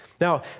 Now